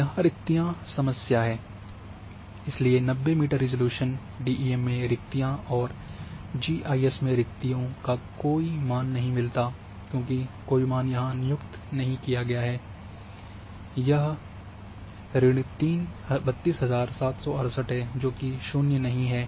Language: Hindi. यहाँ रिक्कतियाँ समस्या हैं इसलिए 90 मीटर रिज़ॉल्यूशन डीईएम में रिक्कतियाँ हैं और जीआईएस में रिक्कतियों को कोई मान नहीं मिलता है क्योंकि कोई मान यहां नियुक्त नहीं किया गया है यह 32768 है जोकि 0 शून्य नहीं है